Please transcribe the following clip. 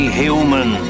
human